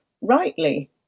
rightly